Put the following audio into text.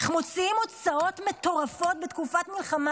איך מוציאים הוצאות מטורפות בתקופת מלחמה,